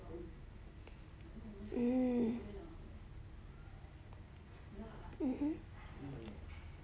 hmm mmhmm